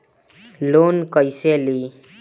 Loan कईसे ली?